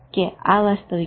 કે આ વાસ્તવિકતા છે